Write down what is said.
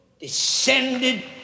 descended